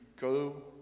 go